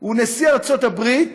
הוא נשיא ארצות-הברית,